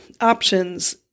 options